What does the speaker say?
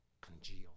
congealed